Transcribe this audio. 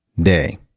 Day